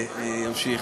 אני אמשיך.